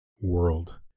world